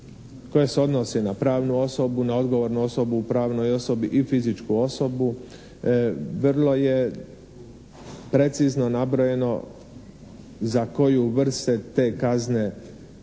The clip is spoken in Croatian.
koje se odnosi na pravu osobu, na odgovornu osobu u pravnoj osobi i fizičku osobu. Vrlo je precizno nabrojeno za koju vrst se te kazne